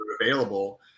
available